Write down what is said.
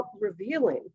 revealing